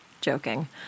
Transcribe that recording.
Joking